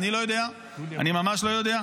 אני לא יודע, אני ממש לא יודע.